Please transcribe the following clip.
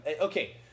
okay